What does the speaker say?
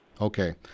Okay